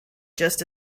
just